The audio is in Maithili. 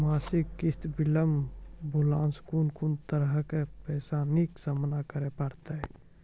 मासिक किस्त बिलम्ब भेलासॅ कून कून तरहक परेशानीक सामना करे परतै?